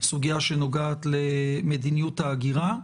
סוגיה שנוגעת למדיניות ההגירה,